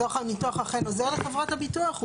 דוח הניתוח אכן עוזר לחברת הביטוח?